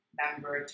member